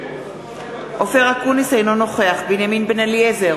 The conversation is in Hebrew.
אינו נוכח בנימין בן-אליעזר,